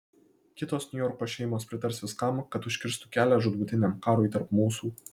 kitos niujorko šeimos pritars viskam kad užkirstų kelią žūtbūtiniam karui tarp mūsų